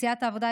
סיעת העבודה,